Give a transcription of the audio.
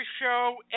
show